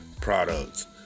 products